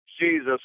Jesus